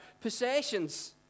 Possessions